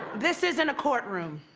this isn't a courtroom.